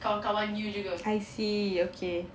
kawan-kawan you juga